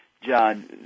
John